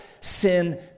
sin